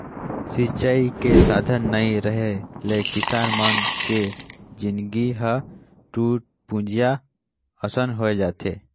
सिंचई के साधन नइ रेहे ले किसान मन के जिनगी ह टूटपुंजिहा असन होए जाथे